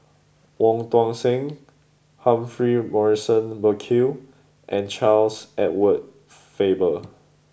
Wong Tuang Seng Humphrey Morrison Burkill and Charles Edward Faber